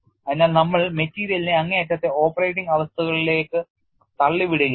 അതിനാൽ നമ്മൾ മെറ്റീരിയലിനെ അങ്ങേയറ്റത്തെ ഓപ്പറേറ്റിംഗ് അവസ്ഥകളിലേക്ക് തള്ളിവിടുകയാണ്